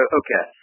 okay